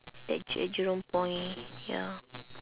at j~ at jurong point ya